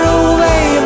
away